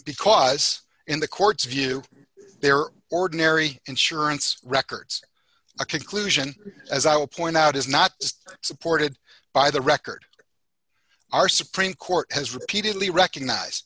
because in the court's view their ordinary insurance records a conclusion as i will point out is not supported by the record our supreme court has repeatedly recognize